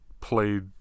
played